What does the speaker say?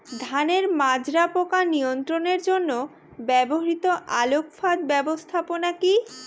ধানের মাজরা পোকা নিয়ন্ত্রণের জন্য ব্যবহৃত আলোক ফাঁদ ব্যবস্থাপনা কি?